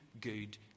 good